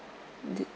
the